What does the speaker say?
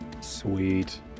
Sweet